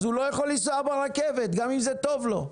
אז הוא לא יכול לנסוע ברכבת, גם אם זה טוב לו.